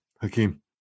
hakeem